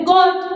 God